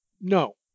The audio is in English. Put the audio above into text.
No